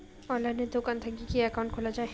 অনলাইনে দোকান থাকি কি একাউন্ট খুলা যায়?